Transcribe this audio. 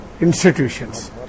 institutions